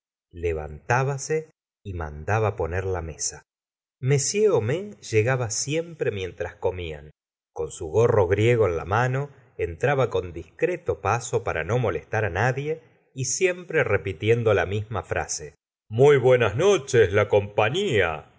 levantbase y mandaba poner la mesa m homais llegaba siempre mientras comían con su gorro griego en la mano entraba con discreto paso para no molestar nadie y siempre repitiendo la misma frase muy buenas noches la compalila